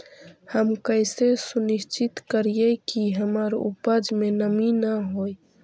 हम कैसे सुनिश्चित करिअई कि हमर उपज में नमी न होय?